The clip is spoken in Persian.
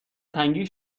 تنگی